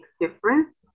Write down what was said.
difference